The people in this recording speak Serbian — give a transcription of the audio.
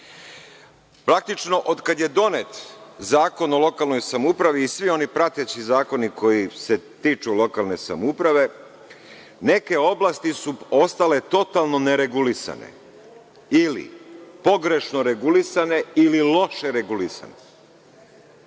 Praktično, od kada je donet Zakon o lokalnoj samoupravi i svi oni prateći zakoni koji se tiču lokalne samouprave, neke oblasti su ostale totalno neregulisane, ili pogrešno regulisane ili loše regulisane.